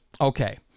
Okay